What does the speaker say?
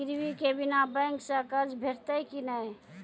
गिरवी के बिना बैंक सऽ कर्ज भेटतै की नै?